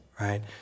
right